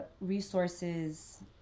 resources